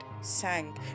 sank